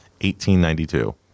1892